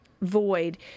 void